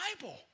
bible